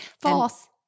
False